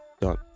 done